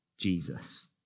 Jesus